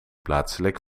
plaatselijk